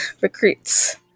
recruits